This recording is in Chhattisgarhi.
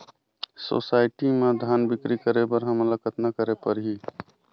सोसायटी म धान बिक्री करे बर हमला कतना करे परही?